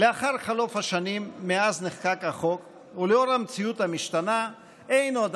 לאחר חלוף השנים מאז נחקק החוק ולאור המציאות המשתנה אין עוד